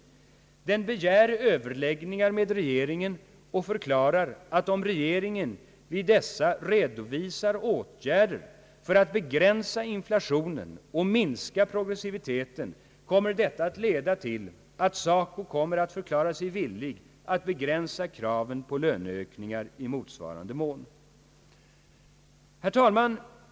Den begär överläggningar med regeringen och förklarar, att om regeringen vid dessa redovisar åtgär der för att begränsa inflationen och minska progressiviteten kommer detta att leda till att SACO kommer att förklara sig villig att begränsa kraven på löneökningar i motsvarande mån.» Herr talman!